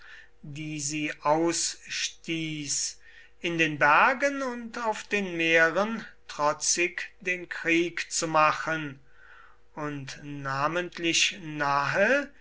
die sie ausstieß in den bergen und auf den meeren trotzig den krieg zu machen und namentlich nahe